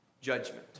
judgment